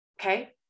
Okay